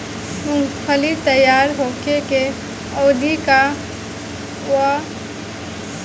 मूँगफली तैयार होखे के अवधि का वा?